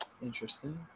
Interesting